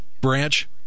branch